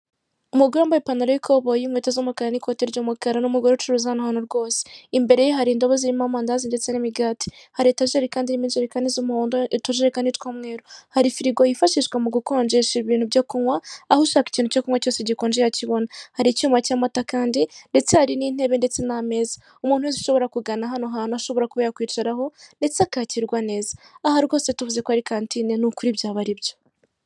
Umugore wambaye ipantaro y'ikoboyi inkweto z'umukara n'ikote ry'umukara. Ni umugore ucuruza hano hantu rwose. Imbere ye hari indobo zirimo amandazi nsetse n'imigati. Hati etageri kandi irimo injerekani z'umuhondo, utujerekani tw'umweru. Hari firigo yifashishwa mu gukonjesha ibintu byo kunywa, aho ushaka ikintu cyose gikonje yakibona. Hari icyuma cy'amata kandi, ndetse hari n'intebe n'ameza. Umuntu wese ushobora kugana hano hantu ashobora kuba yakwicaraho ndetse akakirwa neza. Aha rwose tuvuze ko ari kantine, ni ukuri byaba ari byo.